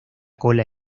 cola